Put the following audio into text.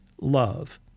love